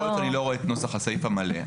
יכול להיות שאני לא רואה את נוסח הסעיף המלא.